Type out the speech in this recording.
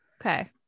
okay